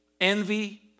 envy